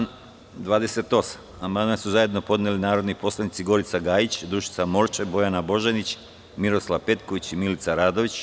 Na član 28. amandman su zajedno podneli narodni poslanici Gorica Gajić, Dušica Morčev, Bojana Božanić, Miroslav Petković i Milica Radović.